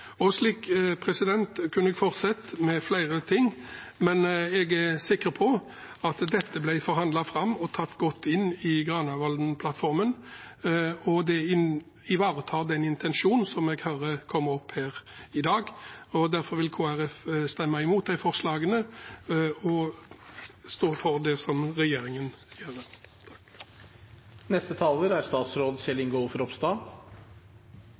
Slik kunne jeg fortsette. Men jeg er sikker på at dette ble forhandlet fram og tatt godt inn i Granavolden-plattformen, og det ivaretar intensjonen som har kommet opp her i dag. Derfor vil Kristelig Folkeparti stemme imot forslagene og stå for det regjeringen gjør.